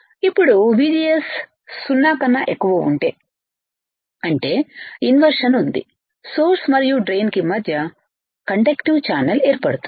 ఇప్పుడుVGS 0 కన్నా ఎక్కువఅంటే ఇన్వర్షన్ ఉంది సోర్స్ మరియు డ్రైన్ కి మధ్య కండక్టీవ్ ఛానల్ ఏర్పడుతుంది